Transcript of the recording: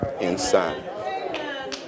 inside